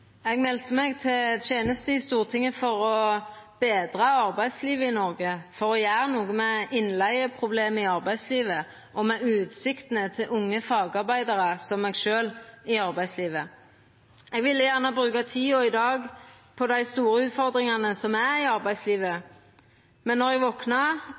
Eg melde meg til teneste i Stortinget for å betra arbeidslivet i Noreg, for å gjera noko med innleigeproblemet i arbeidslivet og med utsiktene til unge fagarbeidarar, som meg sjølv, i arbeidslivet. Eg ville gjerne bruka taletida i dag på dei store utfordringane som er i arbeidslivet, men då eg